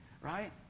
Right